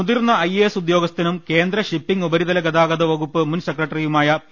മുതിർന്ന ഐഎഎസ് ഉദ്യോഗസ്ഥനും കേന്ദ്ര ഷിപ്പിങ് ഉപരി തല ഗതാഗത വകുപ്പ് മുൻസെക്രട്ടറിയുമായ പി